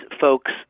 folks